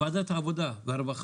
ואיך